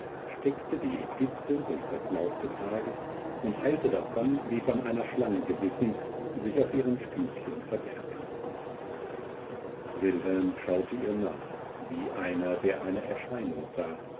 steckte die epistel durch das laub des hages und eilte davon wie von einer schlange gebissen sich auf ihrem stübchen verbergend wilhelm schaute ihr nach wie einer der eine erscheinung sah